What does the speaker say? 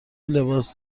لباس